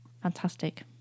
Fantastic